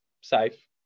safe